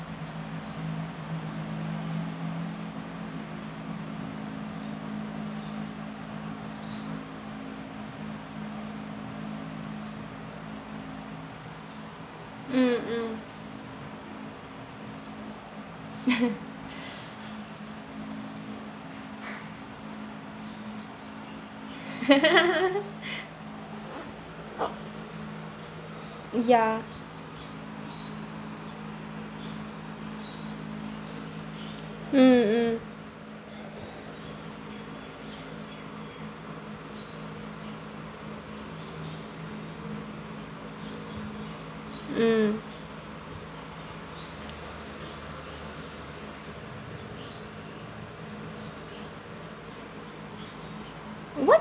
mm mm ya mm mm mm what